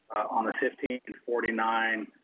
on the fifteenth, and forty nine,